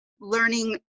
learning